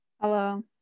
Hello